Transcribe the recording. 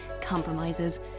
compromises